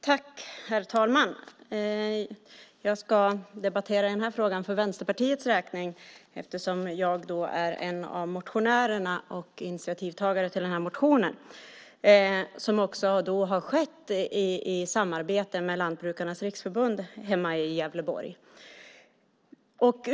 Herr talman! Jag ska debattera den här frågan för Vänsterpartiets räkning eftersom jag är en av motionärerna och initiativtagare till motionen. Den har väckts i samarbete med Lantbrukarnas Riksförbund hemma i Gävleborg.